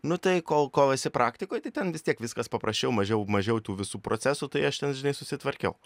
nu tai kol kol esi praktikoj tai ten vis tiek viskas paprasčiau mažiau mažiau tų visų procesų tai aš ten žinai susitvarkiau